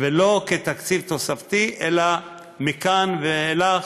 ולא כתקציב תוספתי אלא מכאן ואילך,